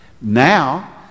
Now